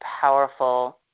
powerful